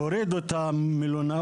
הורידו את המלונאות,